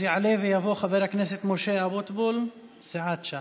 אז יעלה ויבוא חבר הכנסת משה אבוטבול, סיעת ש"ס.